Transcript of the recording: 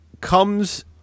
comes